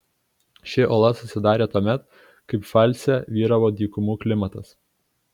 ši uola susidarė tuomet kai pfalce vyravo dykumų klimatas